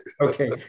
Okay